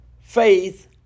faith